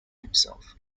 himself